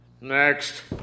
Next